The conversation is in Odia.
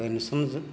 ପେନସନ୍ ଯ